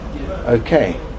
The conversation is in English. Okay